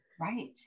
Right